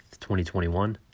2021